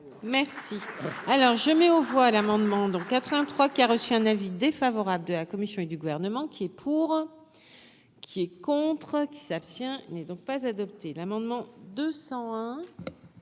Merci, alors je mets aux voix l'amendement dans 83. Il a reçu un avis défavorable de la Commission et du gouvernement qui est pour, qui est contre qui s'abstient n'est donc pas adopté l'amendement 200